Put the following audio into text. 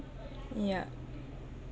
yah